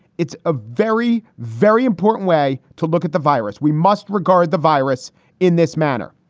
it's a very, very important way to look at the virus. we must regard the virus in this manner.